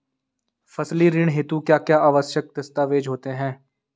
फसली ऋण हेतु क्या क्या आवश्यक दस्तावेज़ होते हैं?